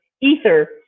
ether